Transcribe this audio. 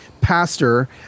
pastor